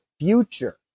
future